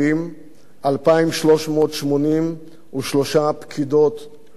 2,383 פקידות ופקידים,